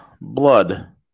blood